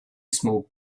smoke